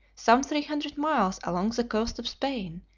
some three hundred miles along the coast of spain,